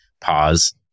pause